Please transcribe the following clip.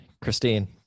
Christine